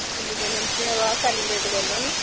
independence day आवा दा celebrate करना नी